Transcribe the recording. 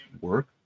work